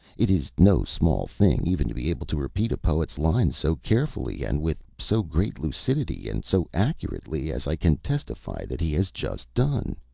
it is no small thing even to be able to repeat a poet's lines so carefully, and with so great lucidity, and so accurately, as i can testify that he has just done.